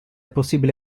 possibile